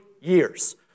years